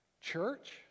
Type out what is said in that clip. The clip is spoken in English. church